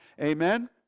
Amen